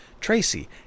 Tracy